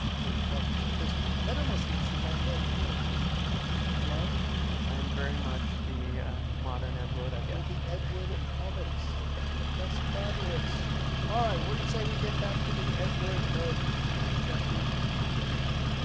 doing projects like this that almost makes you like ed wood right i am very much the modern ed wood i guess the ed wood of comics that's fabulous all right what do you say we get back to the ed wood of japanese monster films